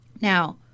Now